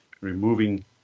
removing